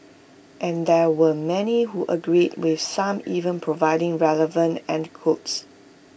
and there were many who agreed with some even providing relevant anecdotes